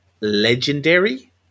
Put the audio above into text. Legendary